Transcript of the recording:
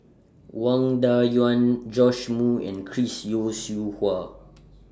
Wang Dayuan Joash Moo and Chris Yeo Siew Hua